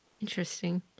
interesting